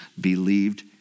believed